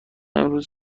امروز